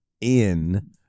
in-